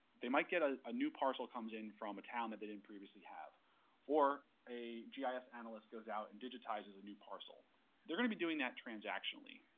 they might get a a new parcel comes in from a town that they didn't previously have or a gis analyst goes out and digitizes a new parcel they're going to be doing that transactionally.